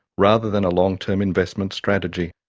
rather than a long term investment strategy.